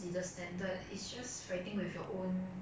not that much different from poly but